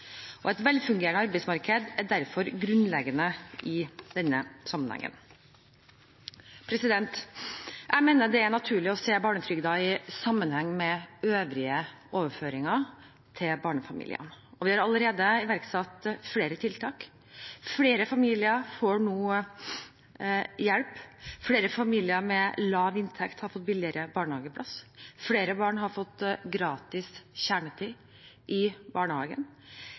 Et velfungerende arbeidsmarked er derfor grunnleggende i denne sammenhengen. Jeg mener det er naturlig å se barnetrygden i sammenheng med øvrige overføringer til barnefamiliene. Vi har allerede iverksatt flere tiltak. Flere familier får nå hjelp, flere familier med lav inntekt har fått billigere barnehageplass, flere barn har fått gratis kjernetid i barnehagen.